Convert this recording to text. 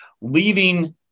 leaving